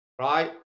right